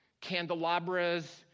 candelabras